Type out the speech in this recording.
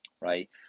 right